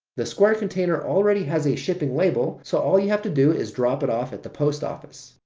the square container already has a shipping label, so all you have to do is drop it off at the post office.